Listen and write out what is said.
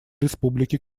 республики